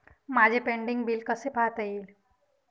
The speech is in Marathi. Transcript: माझे पेंडींग बिल कसे पाहता येईल?